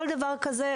כל דבר כזה,